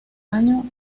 año